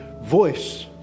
voice